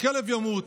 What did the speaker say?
הכלב ימות,